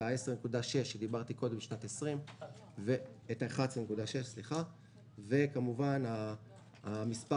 ה-11.6% בשנת 2020 שעליו דיברתי קודם וכמובן המספר